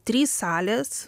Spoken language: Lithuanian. trys salės